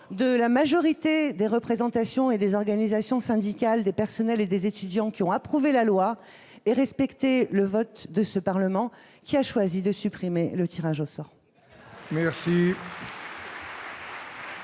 de la majorité des organisations syndicales des personnels et des étudiants qui ont approuvé la loi, et respecter le vote du Parlement, qui a choisi de supprimer le tirage au sort !